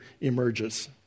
emerges